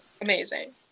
amazing